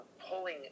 pulling